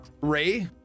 Ray